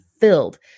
filled